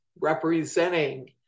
representing